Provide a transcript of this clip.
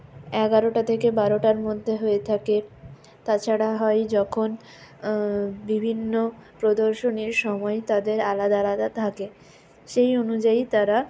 এগারোটা থেকে বারোটার মধ্যে হয়ে থাকে তাছাড়া হয় যখন বিভিন্ন প্রদর্শনীর সময় তাদের আলাদা আলাদা থাকে সেই অনুযায়ী তারা